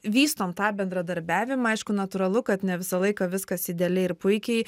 vystom tą bendradarbiavimą aišku natūralu kad ne visą laiką viskas idealiai ir puikiai